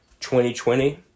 2020